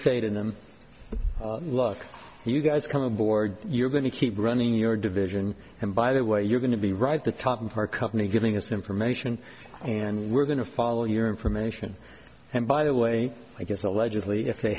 say to them look you guys come aboard you're going to keep running your division and by the way you're going to be right at the top of our company giving us information and we're going to follow your information and by the way i guess allegedly if they